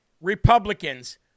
Republicans